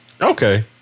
okay